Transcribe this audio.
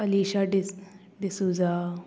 अलिशा डिस डिसूजा